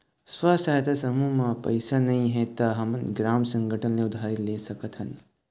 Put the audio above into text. स्व सहायता समूह म पइसा नइ हे त हमन ग्राम संगठन ले उधारी ले सकत हन